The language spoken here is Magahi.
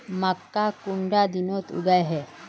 मक्का कुंडा दिनोत उगैहे?